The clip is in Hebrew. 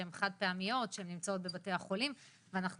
שהן חד פעמיות ושהן נמצאות בבתי החולים ואנחנו